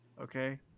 Okay